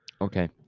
Okay